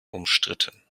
umstritten